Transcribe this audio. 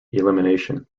elimination